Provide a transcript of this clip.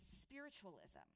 spiritualism